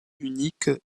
unique